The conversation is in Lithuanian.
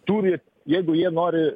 turi jeigu jie nori